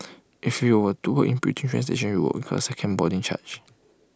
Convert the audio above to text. if you were to walk you would incur A second boarding charge